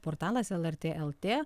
portalas lrt lt